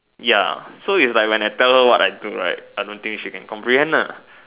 ya so is like when I tell her what I do right I don't think she can comprehend lah